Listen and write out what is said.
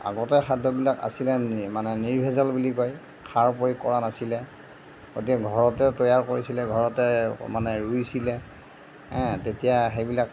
আগতে খাদ্যবিলাক আছিলে মানে নিৰ্ভেজাল বুলি কয় সাৰ প্ৰয়োগ কৰা নাছিলে ঘৰতে তৈয়াৰ কৰিছিলে ঘৰতে মানে ৰুইছিলে হেঁ তেতিয়া সেইবিলাক